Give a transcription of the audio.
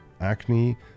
acne